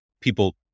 People